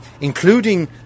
including